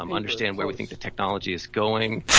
um understand where we think the technology is going.